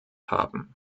haben